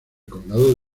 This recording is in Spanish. condado